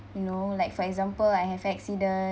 you know like for example I have accident